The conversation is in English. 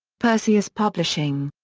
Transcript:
perseus publishing.